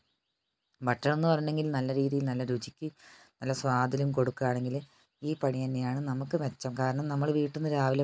ഭക്ഷണം എന്നു പറഞ്ഞെങ്കിൽ നല്ല രീതിയിൽ നല്ല രുചിയ്ക്ക് നല്ല സ്വാദിലും കൊടുക്കുകയാണെങ്കിൽ ഈ പണി തന്നെയാണ് നമുക്ക് മെച്ചം കാരണം നമ്മൾ വീട്ടിൽനിന്ന് രാവിലെ പോന്നു